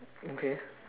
okay